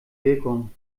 wirkung